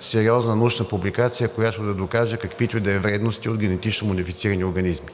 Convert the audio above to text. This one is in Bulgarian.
сериозна научна публикация, която да докаже каквито и да е вредности от генетично модифицирани организми.